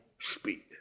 Speak